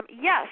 Yes